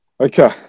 okay